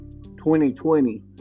2020